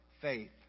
faith